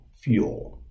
fuel